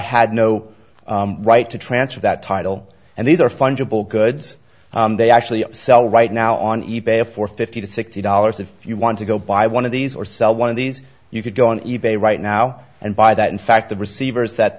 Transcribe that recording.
had no right to transfer that title and these are fungible goods they actually sell right now on e bay for fifty to sixty dollars and if you want to go buy one of these or sell one of these you could go on e bay right now and buy that in fact the receivers that